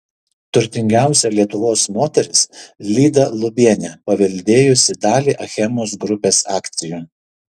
turtingiausia lietuvos moteris lyda lubienė paveldėjusi dalį achemos grupės akcijų